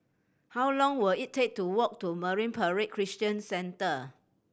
how long will it take to walk to Marine Parade Christian Centre